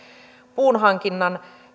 puunhankinnan